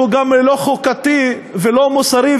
שהוא גם לא חוקתי וגם לא מוסרי,